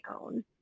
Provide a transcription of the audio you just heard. own